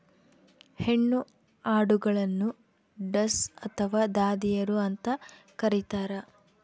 ಹೆಣ್ಣು ಆಡುಗಳನ್ನು ಡಸ್ ಅಥವಾ ದಾದಿಯರು ಅಂತ ಕರೀತಾರ